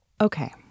Okay